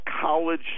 college